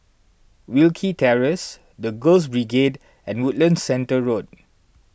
Wilkie Terrace the Girls Brigade and Woodlands Centre Road